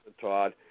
Todd